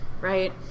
right